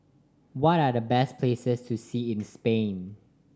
what are the best places to see in Spain